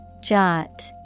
Jot